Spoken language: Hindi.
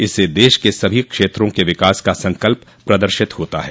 इससे देश के सभी क्षेत्रों के विकास का संकल्प प्रदर्शित होता है